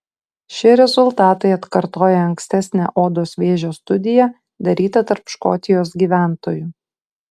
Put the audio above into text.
šie rezultatai atkartoja ankstesnę odos vėžio studiją darytą tarp škotijos gyventojų